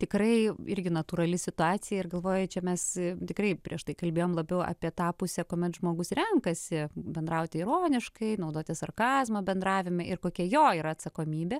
tikrai irgi natūrali situacija ir galvoju čia mes tikrai prieš tai kalbėjom labiau apie tą pusę kuomet žmogus renkasi bendrauti ironiškai naudoti sarkazmą bendravime ir kokia jo yra atsakomybė